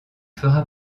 fera